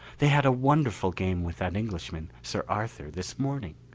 they had a wonderful game with that englishman, sir arthur, this morning.